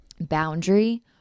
boundary